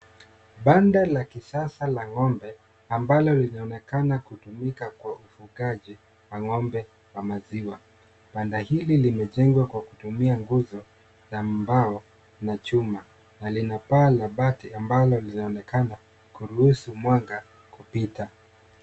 Banda la kisasa la ng'ombe ambalo linaonekana kutumika kwa ufugaji wa ng'ombe wa maziwa. Banda hili limejengwa kwa kutumia nguzo za mbao na chuma na lina paa la bati ambalo linaonekana kuruhusu mwanga kupita.